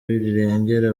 rirengera